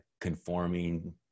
conforming